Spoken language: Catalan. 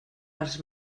els